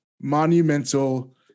monumental